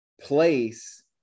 place